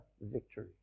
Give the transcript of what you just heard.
victory